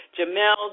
Jamel